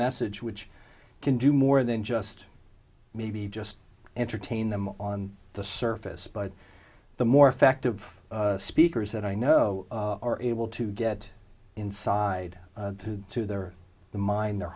message which can do more than just maybe just entertain them on the surface but the more effective speakers that i know are able to get inside to their the mind their